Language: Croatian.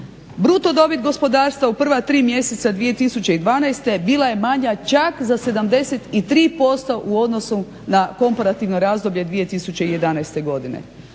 Bruto dobit gospodarstva u prva 3 mjeseca 2012. bila je manja čak za 73% u odnosu na komparativno razdoblje 2011. godine.